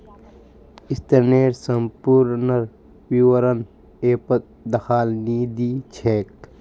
ऋनेर संपूर्ण विवरण ऐपत दखाल नी दी छेक